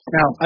Now